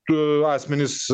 tu asmenys